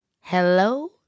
Hello